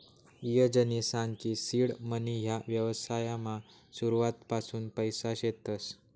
ईजयनी सांग की सीड मनी ह्या व्यवसायमा सुरुवातपासून पैसा शेतस